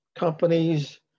companies